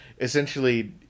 essentially